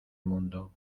mundo